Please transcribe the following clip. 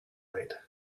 light